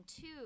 two